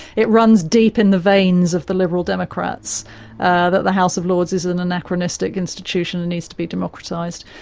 it runs deep in the veins of the liberal democrats that the house of lords is an anachronistic institution and needs to be democratised.